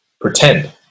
pretend